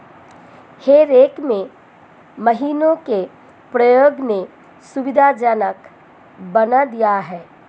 हे rake में मशीनों के प्रयोग ने सुविधाजनक बना दिया है